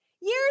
Years